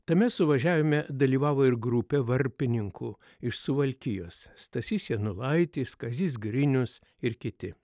tame suvažiavime dalyvavo ir grupė varpininkų iš suvalkijos stasys janulaitis kazys grinius ir kiti